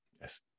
Yes